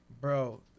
bro